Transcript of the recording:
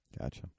gotcha